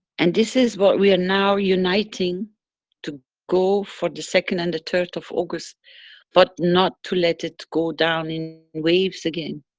and this is, what we are now uniting to go for the second and the third of august but not to let it go down in waves again.